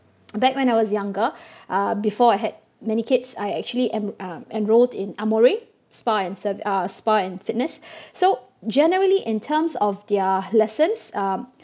back when I was younger uh before I had many kids I actually am uh enrolled in Amore spa and ser~ uh spa and fitness so generally in terms of their lessons um